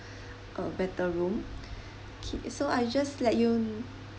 a better room K so I just let you